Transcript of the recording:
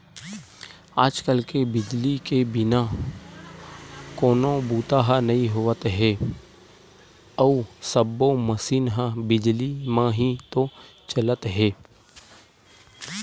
आज कल बिजली के बिना कोनो बूता ह नइ होवत हे अउ सब्बो मसीन ह बिजली म ही तो चलत हे